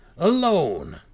alone